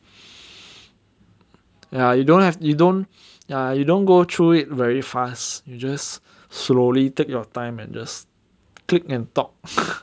ya you don't have you don't ya you don't go through it very fast you just slowly take your time and just click and talk